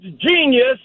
genius